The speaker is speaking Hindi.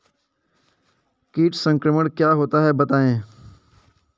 कीट संक्रमण क्या होता है बताएँ?